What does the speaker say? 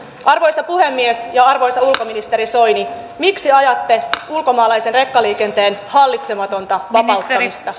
arvoisa puhemies arvoisa ulkoministeri soini miksi ajatte ulkomaalaisen rekkaliikenteen hallitsematonta vapauttamista